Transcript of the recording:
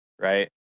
right